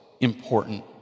important